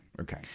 Okay